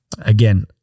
again